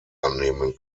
annehmen